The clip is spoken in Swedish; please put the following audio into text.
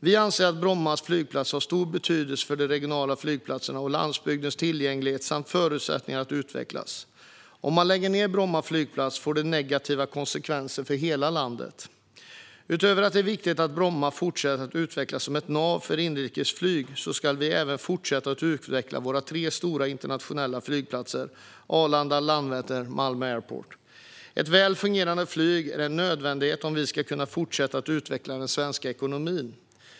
Vi anser att Bromma flygplats har stor betydelse för de regionala flygplatsernas och landsbygdens tillgänglighet samt förutsättningar att utvecklas. Om man lägger ned Bromma flygplats får det negativa konsekvenser för hela landet. Utöver att det är viktigt att Bromma fortsätter att utvecklas som ett nav för inrikesflyget ska vi även fortsätta att utveckla våra tre stora internationella flygplatser Arlanda, Landvetter och Malmö Airport. Ett väl fungerande flyg är en nödvändighet om vi ska kunna fortsätta att utveckla den svenska ekonomin.